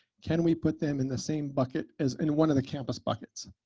can we put them in the same bucket as in one of the campus buckets?